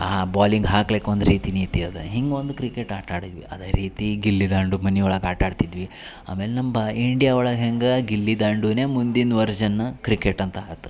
ಆ ಬಾಲಿಂಗ್ ಹಾಕ್ಲಿಕ್ಕೆ ಒಂದು ರೀತಿ ನೀತಿ ಅದ ಹೀಗ್ ಒಂದು ಕ್ರಿಕೆಟ್ ಆಟ ಆಡಿದ್ವಿ ಅದ ರೀತಿ ಗಿಲ್ಲಿ ದಾಂಡು ಮನೆ ಒಳಗೆ ಆಟಾಡ್ತಿದ್ವಿ ಆಮೇಲೆ ನಮ್ಮ ಬ ಇಂಡಿಯ ಒಳಗೆ ಹೇಗೆ ಗಿಲ್ಲಿ ದಾಂಡು ಮುಂದಿನ ವರ್ಷನ್ ಕ್ರಿಕೆಟ್ ಅಂತ ಆತ್